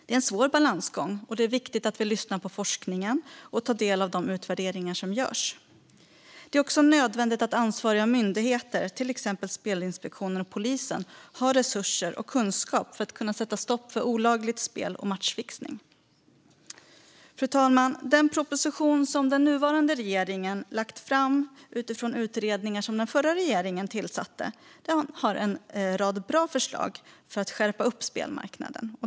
Det är en svår balansgång, och det är viktigt att vi lyssnar på forskningen och tar del av de utvärderingar som görs. Det är också nödvändigt att ansvariga myndigheter, till exempel Spelinspektionen och polisen, har resurser och kunskap för att kunna sätta stopp för olagligt spel och matchfixning. Fru talman! Den proposition som den nuvarande regeringen lagt fram utifrån utredningar som den förra regeringen beställde innehåller en rad bra förslag för att skärpa upp spelmarknaden.